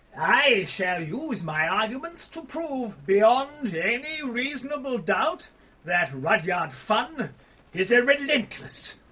i shall use my arguments to prove beyond any reasonable doubt that rudyard funn is a relentless,